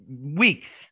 weeks